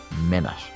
Minute